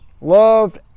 loved